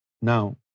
Now